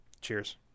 Cheers